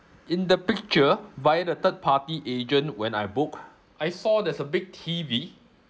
in the picture via the third party agent when I booked I saw there's a big T_V